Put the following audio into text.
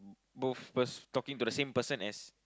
both first talking to same person as